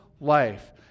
life